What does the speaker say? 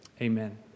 Amen